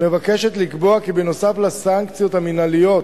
מבקשת לקבוע כי נוסף על הסנקציות המינהליות,